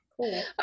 cool